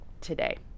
today